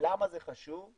למה זה חשוב?